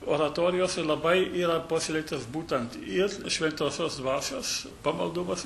oratorijose labai yra paslėptas būtent ir šventosios dvasios pamaldumas